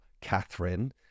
Catherine